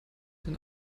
den